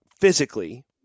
physically